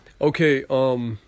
okay